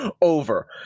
over